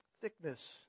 Thickness